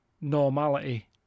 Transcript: normality